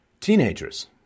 teenagers